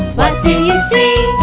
what do you see?